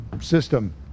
System